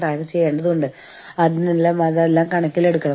തുണി വ്യവസായം അവിടെ നാരുകൾ ഒഴുകിനടക്കുന്നുണ്ടാവും